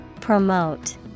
Promote